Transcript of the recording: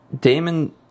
Damon